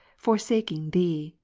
forsaking thee,